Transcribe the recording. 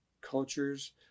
cultures